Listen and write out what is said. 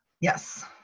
Yes